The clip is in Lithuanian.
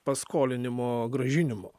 paskolinimo grąžinimu